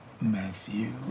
Matthew